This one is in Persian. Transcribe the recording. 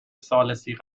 ثالثی